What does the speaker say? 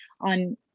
on